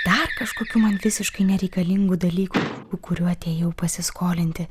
dar kažkokių man visiškai nereikalingų dalykų kurių atėjau pasiskolinti